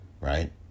right